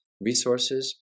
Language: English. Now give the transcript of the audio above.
resources